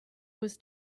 was